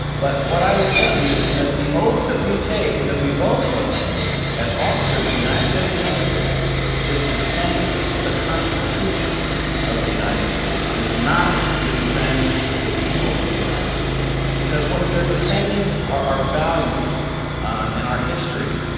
but what i will tell you is that the oath that we take, that we both took as officers in the united states military is to defend the constitution of the united states. it is not to defend the people of the united states. because what we are defending are our values um and our history.